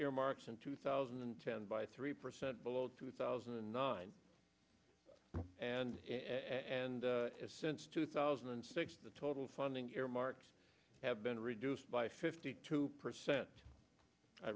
earmarks in two thousand and ten by three percent below two thousand and nine and and since two thousand and six the total funding earmarks have been reduced by fifty two percent i